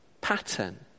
pattern